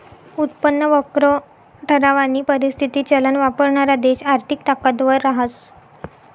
उत्पन्न वक्र ठरावानी परिस्थिती चलन वापरणारा देश आर्थिक ताकदवर रहास